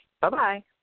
Bye-bye